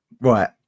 Right